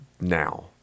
now